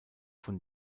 von